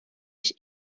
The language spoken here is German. ich